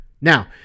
Now